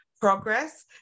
progress